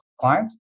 clients